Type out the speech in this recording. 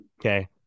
Okay